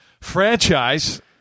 franchise